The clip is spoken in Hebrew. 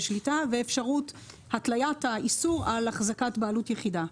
שליטה ואפשרות התליית האיסור על החזקת בעלות יחידה.